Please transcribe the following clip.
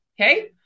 okay